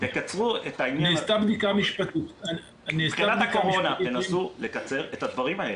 --- נעשתה בדיקה משפטית --- תקצרו לקצר את הדברים האלה.